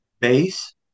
base